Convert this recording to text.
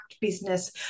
business